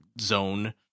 zone